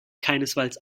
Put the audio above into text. keinesfalls